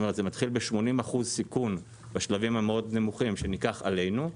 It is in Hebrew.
זה מתחיל ב-80% סיכון בשלבים המאוד נמוכים שניקח עלינו,